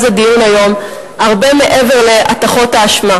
הדיון היום הרבה מעבר להטחות האשמה,